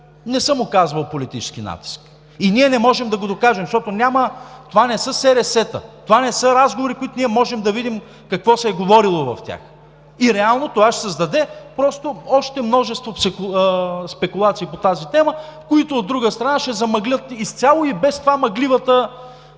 не съм оказвал политически натиск. И ние не можем да го докажем, защото това не са СРС-та, това не са разговори, за които ние можем да видим какво се е говорило с тях. Реално това ще създаде още множество спекулации по тази тема, които, от друга страна, ще замъглят изцяло и без това мъгливата